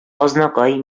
азнакай